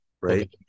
Right